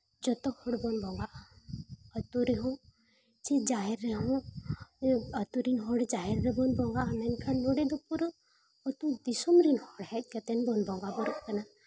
ᱡᱚᱛᱚ ᱦᱚᱲ ᱵᱚᱱ ᱵᱚᱸᱜᱟᱜᱼᱟ ᱟᱹᱛᱩ ᱨᱮᱦᱚᱸ ᱥᱮ ᱪᱮᱫ ᱡᱟᱦᱮᱨ ᱨᱮᱦᱚᱸ ᱟᱛᱳ ᱨᱮᱱ ᱦᱚᱲ ᱡᱟᱦᱮᱨ ᱨᱮᱵᱚᱱ ᱵᱚᱸᱜᱟᱜᱼᱟ ᱢᱮᱱᱠᱷᱟᱱ ᱟᱵᱚ ᱫᱚ ᱯᱩᱨᱟᱹ ᱟᱵᱚ ᱫᱚ ᱟᱛᱩᱳ ᱫᱤᱥᱚᱢ ᱨᱮ ᱦᱮᱡᱽ ᱠᱟᱛᱮᱫ ᱵᱚᱱ ᱵᱚᱸᱜᱟ ᱵᱩᱨᱩᱜ ᱠᱟᱱᱟ